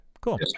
cool